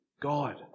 God